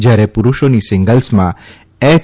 જયારે પુરૂષોની સિંગલ્સમાં એચ